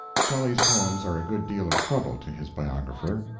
shelley's poems are a good deal of trouble to his biographer.